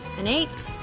an eight,